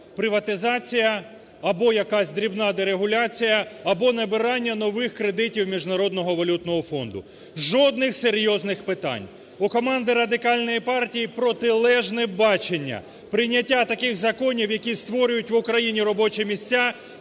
приватизація, або якась дрібна дерегуляція, або набирання нових кредитів Міжнародного валютного фонду. Жодних серйозних питань. У команди Радикальної партії протилежне бачення: прийняття таких законів, які створюють робочі місця,